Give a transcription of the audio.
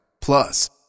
Plus